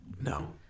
No